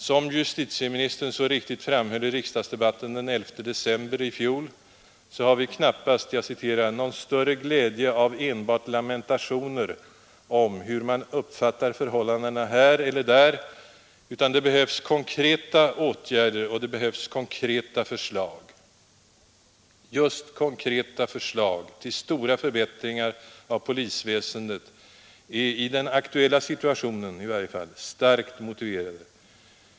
Som justitieministern så riktigt framhöll i riksdagsdebatten den 11 december i fjol har vi knappast ”någon större glädje av enbart lamentationer om hur man uppfattar förhållandena här eller där, utan det behövs konkreta åtgärder och det behövs konkreta förslag”. Just konkreta förslag till stora förbättringar av polisväsendet är, i varje fall i den aktuella situationen, starkt motiverade.